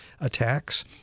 attacks